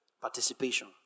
participation